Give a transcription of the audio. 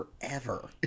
forever